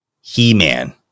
He-Man